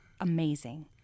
amazing